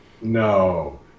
No